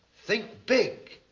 think big.